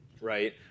right